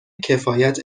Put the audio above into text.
کفایت